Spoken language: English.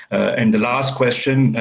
and the last question,